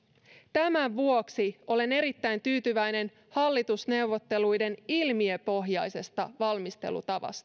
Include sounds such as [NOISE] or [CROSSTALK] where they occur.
tämän vuoksi olen erittäin tyytyväinen hallitusneuvotteluiden ilmiöpohjaiseen valmistelutapaan [UNINTELLIGIBLE]